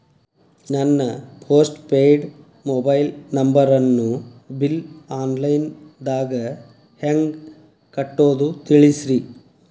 ನನ್ನ postpaid mobile ನಂಬರನ್ನು bill online ದಾಗ ಹೆಂಗ್ ಕಟ್ಟೋದು ತಿಳಿಸ್ರಿ